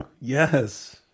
Yes